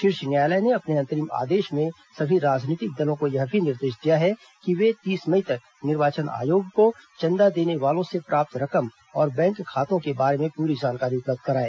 शीर्ष न्यायालय ने अपने अंतरिम आदेश में सभी राजनीतिक दलों को यह भी निर्देश दिया है कि वे तीस मई तक निर्वाचन आयोग को चंदा देने वालों से प्राप्त रकम और बैंक खातों के बारे में पूरी जानकारी उपलब्ध कराए